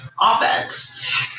offense